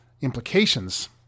implications